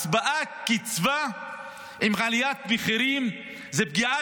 הקפאת הקצבה עם עליית המחירים זאת פגיעה